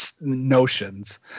notions